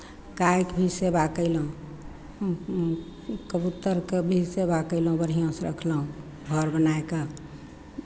गायके भी सेवा कयलहुँ कबूतरकेँ भी सेवा कयलहुँ बढ़िआँसँ रखलहुँ घर बनाय कऽ